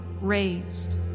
raised